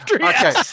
Okay